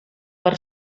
per